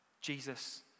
Jesus